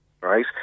right